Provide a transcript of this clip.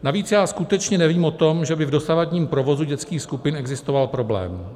Navíc skutečně nevím o tom, že by v dosavadním provozu dětských skupin existoval problém.